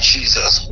Jesus